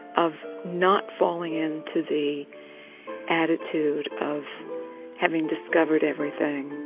of not falling into the attitude of having discovered everything,